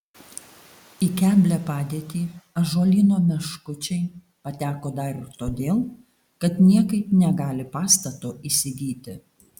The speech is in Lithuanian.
į keblią padėtį ąžuolyno meškučiai pateko dar ir todėl kad niekaip negali pastato įsigyti